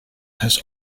has